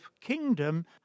kingdom